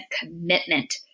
commitment